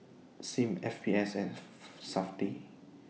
SIM S P F and Safti